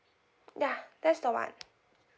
ya that's the one